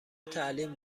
تعلیم